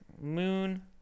Moon